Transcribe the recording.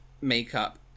makeup